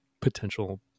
potential